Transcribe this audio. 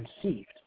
conceived